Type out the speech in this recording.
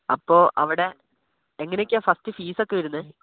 അപ്പോൾ അവിടെ എങ്ങനെയൊക്കെയാ ഫസ്റ്റ് ഫീസ് ഒക്കെ വരുന്നത്